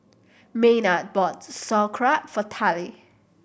Maynard bought Sauerkraut for Tallie